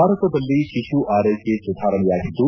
ಭಾರತದಲ್ಲಿ ಶಿಶು ಆರೈಕೆ ಸುಧಾರಣೆಯಾಗಿದ್ದು